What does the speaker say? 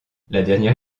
dernière